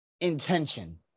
intention